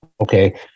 Okay